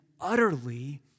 utterly